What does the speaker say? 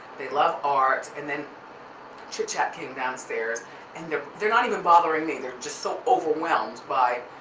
they love art and then chit chat came downstairs and they're they're not even bothering me, they're just so overwhelmed by,